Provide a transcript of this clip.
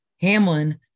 Hamlin